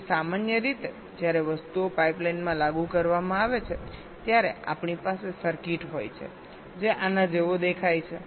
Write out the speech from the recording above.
તેથી સામાન્ય રીતે જ્યારે વસ્તુઓ પાઇપલાઇનમાં લાગુ કરવામાં આવે છે ત્યારે આપણી પાસે સર્કિટ હોય છે જે આના જેવો દેખાય છે